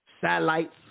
satellites